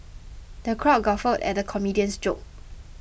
the crowd guffawed at the comedian's jokes